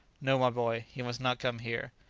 no, my boy, he must not come here.